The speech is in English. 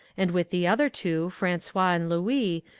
and with the other two, francois and louis,